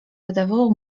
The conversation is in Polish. wydawało